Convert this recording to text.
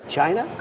China